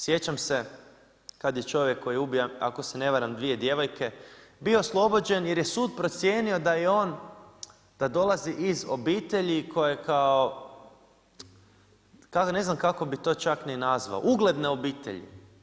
Sjećam se kad je čovjek koji je ubio ako se ne varam 2 djevojke bio oslobođen, jer je sud procijenio, da je on, da dolazi iz obitelji koji je kao, ne znam kako bi to čak ni nazvao, ugledne obitelji.